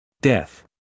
Death